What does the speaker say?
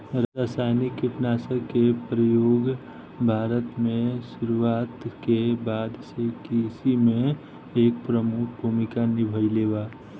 रासायनिक कीटनाशक के प्रयोग भारत में शुरुआत के बाद से कृषि में एक प्रमुख भूमिका निभाइले बा